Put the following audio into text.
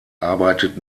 arbeitet